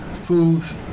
fools